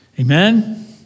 Amen